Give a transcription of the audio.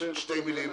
שתי מילים,